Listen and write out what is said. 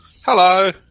Hello